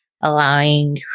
allowing